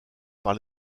par